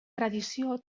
tradició